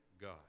God